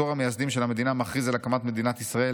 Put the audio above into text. דור המייסדים של המדינה מכריז על הקמת מדינת ישראל,